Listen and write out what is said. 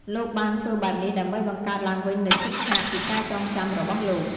លោកបានធ្វើបែបនេះដើម្បីបង្កើតឡើងវិញនូវឈុតឆាកពីការចងចាំរបស់លោក។